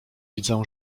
widzę